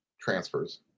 transfers